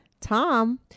Tom